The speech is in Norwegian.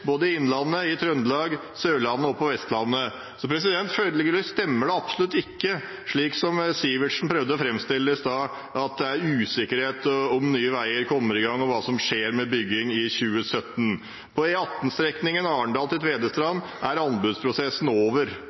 både i Innlandet, i Trøndelag, på Sørlandet og på Vestlandet. Følgelig stemmer det absolutt ikke, slik som representanten Sivertsen prøvde å framstille det i stad, at det er usikkerhet ved om Nye Veier kommer i gang, og om hva som skjer med bygging i 2017. På E18-strekningen fra Arendal til Tvedestrand er anbudsprosessen over.